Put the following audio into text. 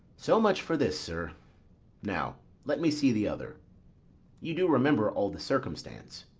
so much for this, sir now let me see the other you do remember all the circumstance?